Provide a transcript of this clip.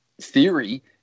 theory